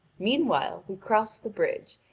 meanwhile, we crossed the bridge,